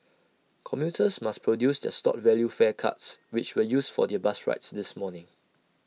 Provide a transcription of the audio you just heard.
commuters must produce their stored value fare cards which were used for their bus rides this morning